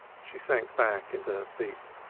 she sank back into her seat.